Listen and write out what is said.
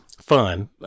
fun